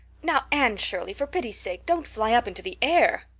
now, anne shirley, for pity's sake don't fly up into the air.